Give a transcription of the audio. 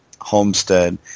Homestead